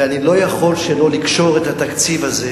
ואני לא יכול שלא לקשור את התקציב הזה